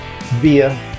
via